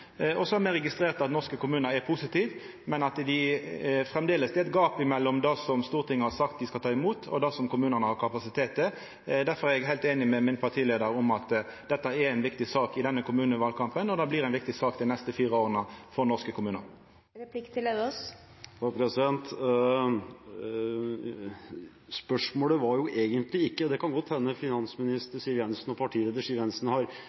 flyktningar. Så har me registrert at norske kommunar er positive, men at det framleis er eit gap mellom det som Stortinget har sagt at dei skal ta imot, og det som kommunane har kapasitet til. Derfor er eg heilt einig med min partileiar i at dette er ei viktig sak i denne kommunevalkampen, og det blir ei viktig sak dei neste fire åra for norske kommunar. Det kan godt hende finansminister Siv Jensen og partileder Siv Jensen har